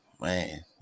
man